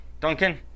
Duncan